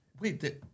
Wait